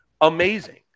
amazing